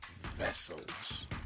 Vessels